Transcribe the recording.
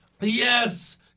Yes